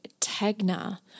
Tegna